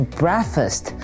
breakfast